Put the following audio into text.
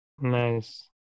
Nice